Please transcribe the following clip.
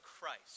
christ